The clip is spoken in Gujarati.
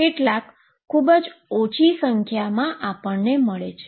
કેટલાક ખૂબ જ ઓછી સંખ્યામાં મળે છે